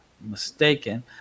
mistaken